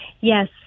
Yes